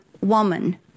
woman